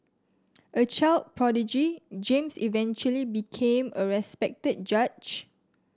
a child prodigy James eventually became a respected judge